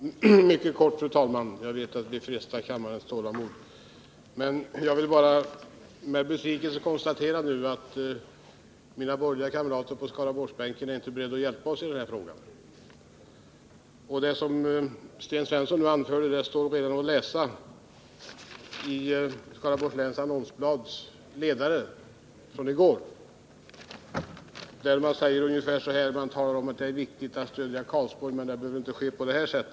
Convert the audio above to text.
Fru talman! Jag skall bli mycket kortfattad, eftersom jag vet att jag med min replik frestar kammarledamöternas tålamod. Jag vill bara nu med besvikelse konstatera att mina borgerliga kamrater på Skaraborgsbänken inte är beredda att hjälpa oss i denna fråga. Det som Sten Svensson nu anfört står redan att läsa i Skaraborgs Läns Annonsblads ledare i går, där man säger ungefär att det är viktigt att stödja Karlsborg men att det inte behöver ske på detta sätt.